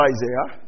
Isaiah